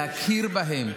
להכיר בהם,